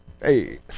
Hey